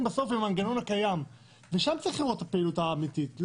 בסוף עם המנגנון הקיים ושם צריך לראות את הפעילות האמיתית.